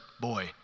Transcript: boy